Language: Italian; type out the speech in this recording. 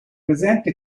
presente